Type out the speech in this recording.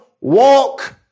walk